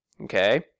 okay